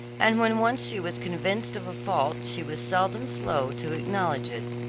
and when once she was convinced of a fault she was seldom slow to acknowledge it.